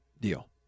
deal